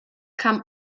kam